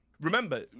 remember